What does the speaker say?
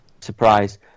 surprise